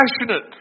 Passionate